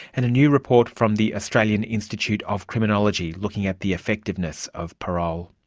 and a new report from the australian institute of criminology, looking at the effectiveness of parole.